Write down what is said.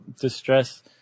distress